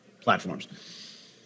platforms